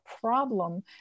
problem